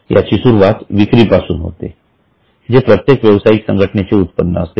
याची सुरुवात विक्री पासून होते जे प्रत्येक व्यवसायिक संघटनेचे उत्पन्न असते